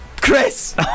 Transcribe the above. Chris